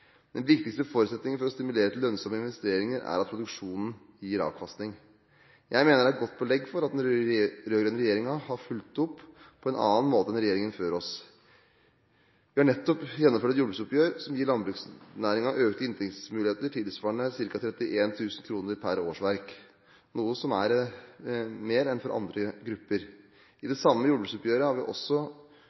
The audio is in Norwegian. Den viktigste forutsetningen for å stimulere til lønnsomme investeringer er at produksjonen gir avkastning. Jeg mener det er godt belegg for at den rød-grønne regjeringen har fulgt opp på en annen måte enn regjeringen før oss. Vi har nettopp gjennomført et jordbruksoppgjør som gir landbruksnæringen økte inntektsmuligheter tilsvarende ca. 31 000 kr per årsverk, noe som er mer enn for andre grupper. I det samme jordbruksoppgjøret har vi også